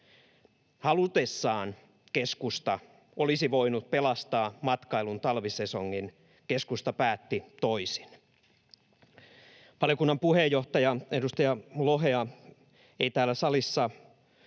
Halutessaan keskusta olisi voinut pelastaa matkailun talvisesongin — keskusta päätti toisin. Valiokunnan puheenjohtaja, edustaja Lohta ei täällä salissa